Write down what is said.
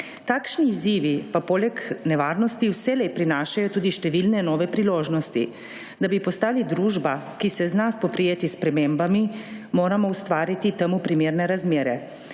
Takšni izzivi pa poleg nevarnosti vselej prinašajo tudi številne nove priložnosti. Da bi postali družba, ki se zna spoprijeti s spremembami moramo ustvariti temu primerne razmere.